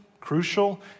crucial